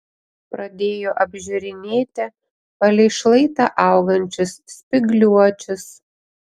pradėjo apžiūrinėti palei šlaitą augančius spygliuočius